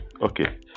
okay